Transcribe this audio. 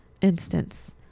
instance